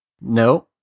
No